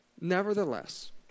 Nevertheless